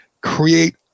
create